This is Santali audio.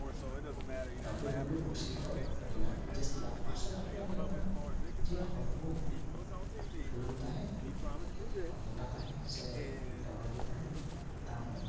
ᱰᱟᱵᱞᱩ ᱰᱟᱵᱞᱩ ᱵᱚᱠᱥᱤᱝ ᱠᱷᱚᱡ ᱟᱹᱰᱤᱜᱟᱱ ᱡᱟᱹᱥᱛᱤᱜᱼᱟ ᱢᱟᱨᱥᱟᱞ ᱟᱨᱴᱥ ᱨᱮ ᱧᱮᱞᱚᱜ ᱠᱟᱱᱟ ᱡᱮ ᱦᱚᱲᱢᱚ ᱯᱷᱩᱞᱟᱹᱣ ᱛᱟᱦᱮᱱ ᱵᱟ ᱢᱚᱴᱟ ᱛᱟᱦᱮᱱ ᱥᱮ ᱨᱚᱦᱚᱲ ᱜᱮ ᱛᱟᱦᱮᱱ ᱛᱟᱦᱩᱸ